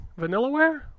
Vanillaware